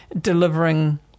delivering